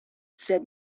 said